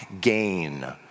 gain